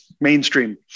mainstream